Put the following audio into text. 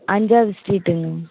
அஞ்சாவது ஸ்ட்ரீட்டுங்க